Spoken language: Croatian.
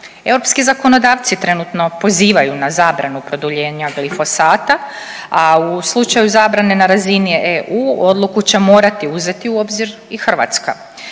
Europski zakonodavci trenutno pozivaju na zabranu produljenja glifosata, a u slučaju zabrane na razini EU odluku će morati u obzir i Hrvatska.